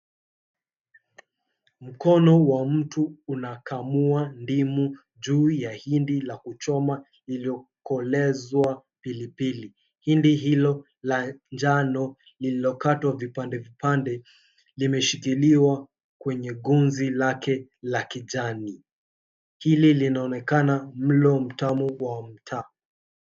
Mkono wa mtu unakamua ndimu juu ya hindi la kuchoma iliyokolezwa pilipili. Hindi hilo la njano lililokatwa vipande vipande limeshikiliwa kwenye gunzi lake la kijani. Hili linaonekana mlo mtamu wa mtaa.